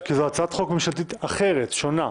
כי זו הצעת חוק ממשלתית אחרת, שונה.